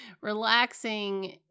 Relaxing